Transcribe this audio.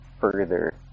further